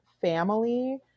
family